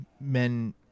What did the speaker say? men